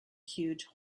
huge